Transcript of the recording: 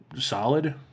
solid